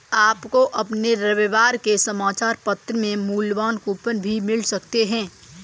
आपको अपने रविवार के समाचार पत्र में मूल्यवान कूपन भी मिल सकते हैं